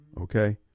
okay